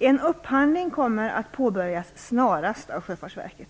En upphandling kommer att påbörjas snarast av Sjöfartsverket.